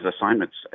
assignments